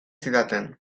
zidaten